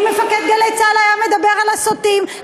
אם מפקד "גלי צה"ל" היה מדבר על הסוטים,